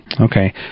Okay